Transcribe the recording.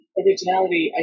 originality